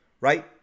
right